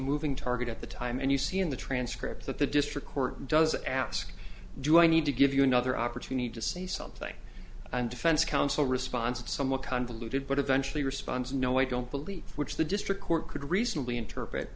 moving target at the time and you see in the transcript that the district court doesn't ask do i need to give you another opportunity to say something and defense counsel response is somewhat convoluted but eventually responds no i don't believe which the district court could reasonably interpret